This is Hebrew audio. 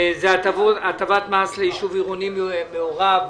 (הטבות מס ליישוב עירוני מעורב),